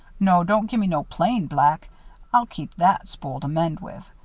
no, don't gimme no plain black i'll keep that spool to mend with.